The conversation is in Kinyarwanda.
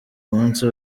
munsi